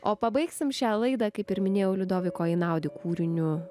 o pabaigsime šią laidą kaip ir minėjau liudoviko einaudi kūriniu